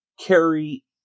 carry